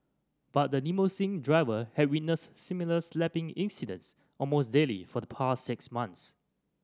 but the limousine driver had witnessed similar slapping incidents almost daily for the past six months